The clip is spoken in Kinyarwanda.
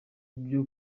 byo